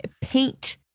paint